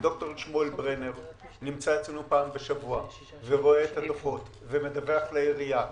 ד"ר שמואל ברנר נמצא אצלנו פעם בשבוע ורואה את התופעות ומדווח לעירייה.